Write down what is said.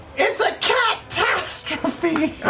it's a cat-tastrophe!